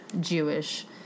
Jewish